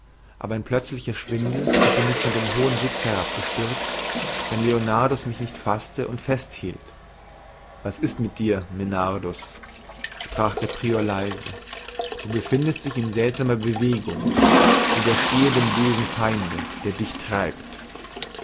aber ein plötzlicher schwindel hätte mich von dem hohen sitz herabgestürzt wenn leonardus mich nicht faßte und festhielt was ist dir medardus sprach der prior leise du befindest dich in seltsamer bewegung widerstehe dem bösen feinde der dich treibt